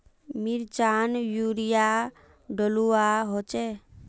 मिर्चान यूरिया डलुआ होचे?